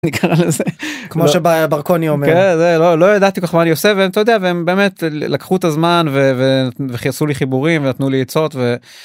איך נקראה לזה? כמו שברקוני אומר. כן זה, לא ידעתי כל כך מה אני עושה ואתה יודע הם באמת לקחו את הזמן והכניסו לי חיבורים נתנו לי עצות.